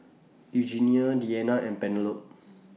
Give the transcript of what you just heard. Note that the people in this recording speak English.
Eugenia Deanna and Penelope